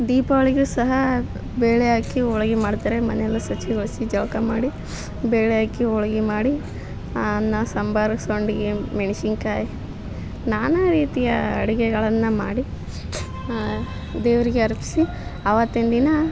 ದೀಪಾವಳಿಗೂ ಸಹ ಬೇಳೆ ಹಾಕಿ ಹೋಳ್ಗಿ ಮಾಡ್ತಾರೆ ಮನೆಯೆಲ್ಲ ಶುಚಿಗೊಳ್ಸಿ ಜಳಕ ಮಾಡಿ ಬೇಳೆ ಹಾಕಿ ಹೋಳ್ಗಿ ಮಾಡಿ ಅನ್ನ ಸಾಂಬಾರು ಸಂಡ್ಗೆ ಮೆಣ್ಸಿನ್ಕಾಯ್ ನಾನಾ ರೀತಿಯ ಅಡುಗೆಗಳನ್ನ ಮಾಡಿ ದೇವರಿಗೆ ಅರ್ಪಿಸಿ ಅವತ್ತಿನ ದಿನ